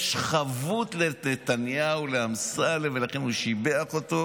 יש חבות של נתניהו לאמסלם ולכן הוא שיבח אותו,